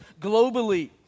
globally